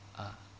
ah